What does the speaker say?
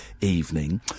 evening